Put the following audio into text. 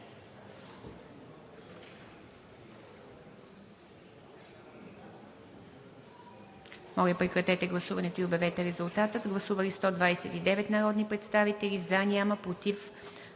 Моля, прекратете гласуването и обявете резултата. Гласували 101 народни представители, за 87, против